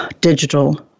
digital